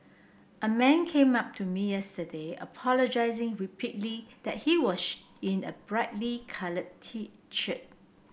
a man came up to me yesterday apologising repeatedly that he in a brightly coloured